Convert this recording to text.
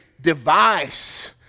device